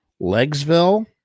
Legsville